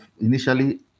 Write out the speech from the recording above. initially